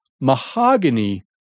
Mahogany